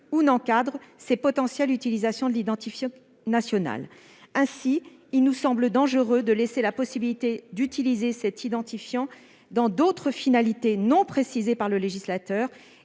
ou n'encadre ces potentielles autres utilisations de l'identifiant national. Il nous semble dangereux de laisser ouverte la possibilité d'utiliser cet identifiant pour d'autres finalités non précisées par le législateur